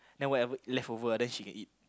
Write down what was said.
then whatever leftover ah then she can eat